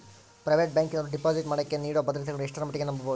Private ಬ್ಯಾಂಕಿನವರು deposit ಮಾಡೋಕೆ ನೇಡೋ ಭದ್ರತೆಗಳನ್ನು ಎಷ್ಟರ ಮಟ್ಟಿಗೆ ನಂಬಬಹುದು?